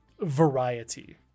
variety